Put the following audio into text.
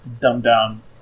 dumbed-down